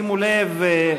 שימו לב,